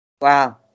Wow